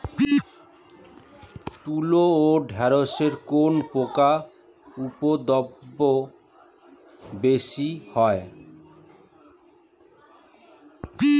তুলো ও ঢেঁড়সে কোন পোকার উপদ্রব বেশি হয়?